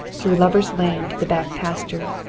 through lovers' lane to the back pasture.